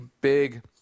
big